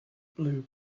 blue